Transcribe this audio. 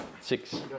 Six